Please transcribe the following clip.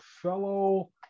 fellow